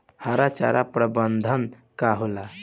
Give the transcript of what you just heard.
हरा चारा प्रबंधन का होला?